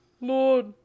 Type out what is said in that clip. Lord